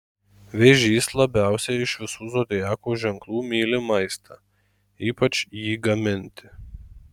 vėžys labiausiai iš visų zodiako ženklų myli maistą ypač jį gaminti